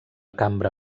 cambra